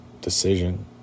decision